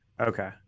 okay